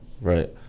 Right